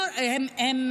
חלקם תמכו.